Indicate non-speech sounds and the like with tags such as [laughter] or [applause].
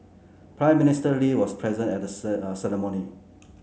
Prime Minister Lee was present at [unintelligible] ceremony